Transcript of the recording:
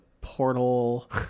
portal